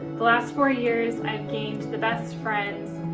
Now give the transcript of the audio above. the last four years i gained the best friends,